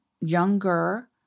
younger